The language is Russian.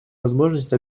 возможность